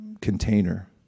container